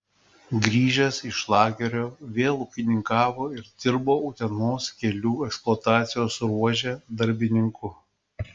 grįžęs iš lagerio vėl ūkininkavo ir dirbo utenos kelių eksploatacijos ruože darbininku